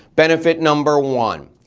benefit number one,